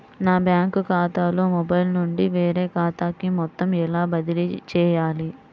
నా బ్యాంక్ ఖాతాలో మొబైల్ నుండి వేరే ఖాతాకి మొత్తం ఎలా బదిలీ చేయాలి?